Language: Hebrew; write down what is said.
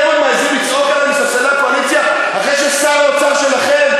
אתם עוד מעזים לצעוק עלינו מספסלי הקואליציה אחרי ששר האוצר שלכם,